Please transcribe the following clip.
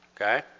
Okay